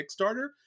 Kickstarter